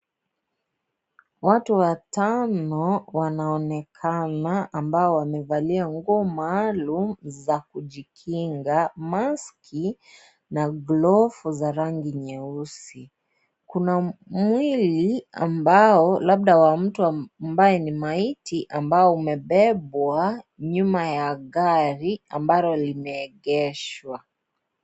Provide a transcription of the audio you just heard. Watu watano wanaonekana ambao wamevalia nguo maalum za kujikinga maski na glovu za rangi nyeusi. Kuna mwili ambao labda wa mtu ambaye ni maiti ambao umebebwa nyuma ya gari ambalo limeegeshwa.